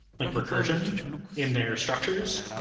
like, recursion in their structures.